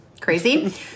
Crazy